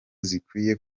zikwiye